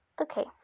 Okay